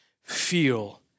Feel